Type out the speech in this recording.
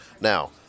Now